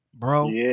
bro